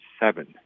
seven